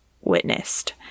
witnessed